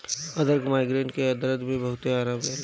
अदरक माइग्रेन के दरद में बहुते आराम देला